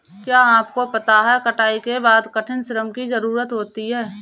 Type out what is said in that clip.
क्या आपको पता है कटाई के बाद कठिन श्रम की ज़रूरत होती है?